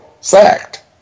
sacked